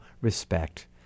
respect